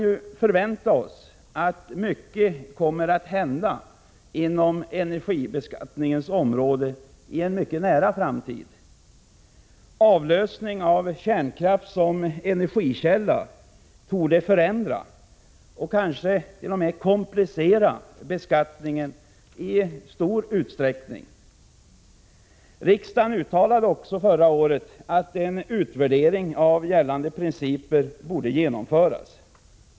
Vi kan förvänta att mycket kommer att hända i en mycket nära framtid på energibeskattningens område. Avlösning av kärnkraft som energikälla torde förändra och kanske t.o.m. komplicera beskattningen i stor utsträckning. Riksdagen uttalade också förra året att en utvärdering av gällande principer borde genomföras.